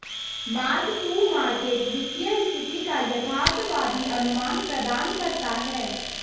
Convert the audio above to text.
mark to market वित्तीय स्थिति का यथार्थवादी अनुमान प्रदान करता है